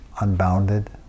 unbounded